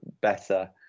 better